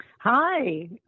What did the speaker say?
Hi